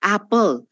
Apple